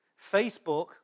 Facebook